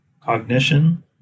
cognition